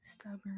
stubborn